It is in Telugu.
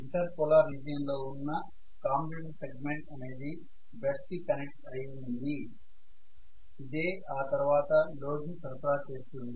ఇంటర్ పోలార్ రీజియన్ లో ఉన్న కామ్యుటేటర్ సెగ్మెంట్ అనేది బ్రష్ కి కనెక్ట్ అయి ఉంది ఇదే ఆ తర్వాత లోడ్ ని సరఫరా చేస్తుంది